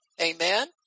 Amen